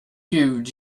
gud